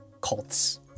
cults